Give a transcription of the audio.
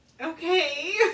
Okay